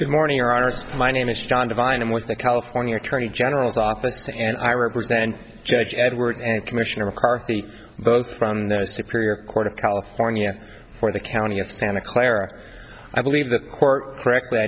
good morning your honor my name is john divine i'm with the california attorney general's office and i represent judge edwards and commissioner mccarthy both from their superior court of california for the county of santa clara i believe the court correctly